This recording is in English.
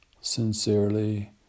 Sincerely